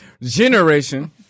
Generation